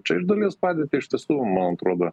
čia iš dalies padėtį iš tiesų man atrodo